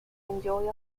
enjoy